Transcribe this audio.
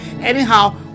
anyhow